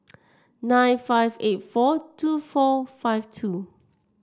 nine five eight four two four five two